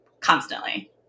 constantly